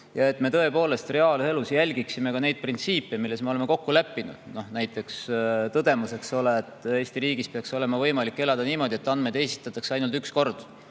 et me tõepoolest reaalelus jälgiksime neid printsiipe, milles me oleme kokku leppinud. Näiteks on tõdemus, et Eesti riigis peaks olema võimalik elada niimoodi, et andmeid esitataks ainult üks kord.